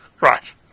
Right